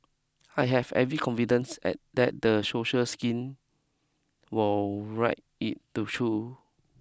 I have every confidence at that the social skin will ride it through